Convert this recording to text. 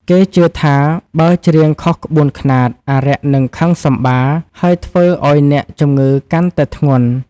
គេជឿថាបើច្រៀងខុសក្បួនខ្នាត អារក្សនឹងខឹងសម្បារ ហើយធ្វើឱ្យអ្នកជំងឺកាន់តែធ្ងន់។